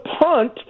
punt